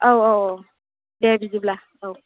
औ औ दे बिदिब्ला औ